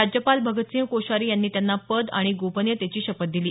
राज्यपाल भगतसिंह कोश्यारी यांनी त्यांना पद आणि गोपनियतेची शपथ दिली